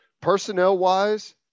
Personnel-wise